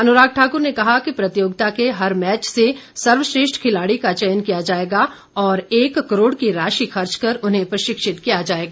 अनुराग ठाकुर ने कहा कि प्रतियोगिता के हर मैच से सर्वश्रेष्ठ खिलाड़ी का चयन किया जाएगा और एक करोड़ की राशि खर्च कर उन्हें प्रशिक्षित किया जाएगा